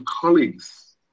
colleagues